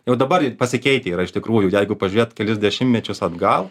jau dabar ir pasikeitę yra iš tikrųjų jeigu pažiūrėt kelis dešimtmečius atgal